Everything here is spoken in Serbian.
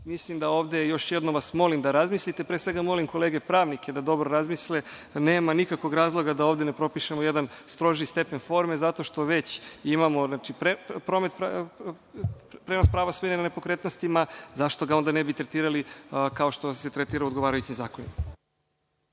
potrebna? Još jednom vas molim da razmislite. Pre svega molim kolege pravnike da dobro razmisle. Nema nikakvog razloga da ovde ne propišemo jedan strožiji stepen forme, zato što već imamo prenos prava svojine na nepokretnostima, zašto ga onda ne bi tretirali kao što se tretiraju odgovarajućim zakonima?